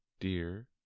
dear